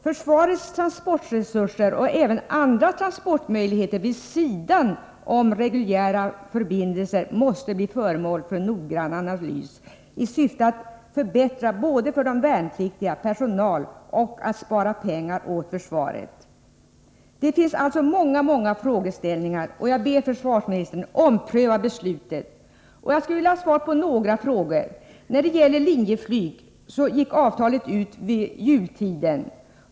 Försvarets transportresurser och även andra transportmöjligheter vid sidan om reguljära förbindelser måste bli föremål för en noggrann analys i syfte att förbättra för både värnpliktiga och personal och att spara pengar åt försvaret. Det finns alltså många frågeställningar, och jag vädjar till försvarsministern: Ompröva beslutet! Jag skulle vilja ha svar på några frågor. När det gäller Linjeflyg gick avtalet ut vid jultiden.